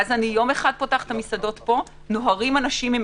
ואז יום אחד אני פותחת את המסעדות פה,